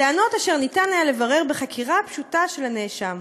טענות אשר ניתן היה לברר בחקירה פשוטה של הנאשם".